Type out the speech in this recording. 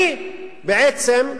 אני בעצם,